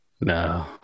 No